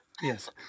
Yes